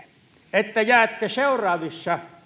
että jäätte seuraavien